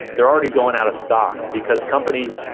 they're already going out of stock because companies,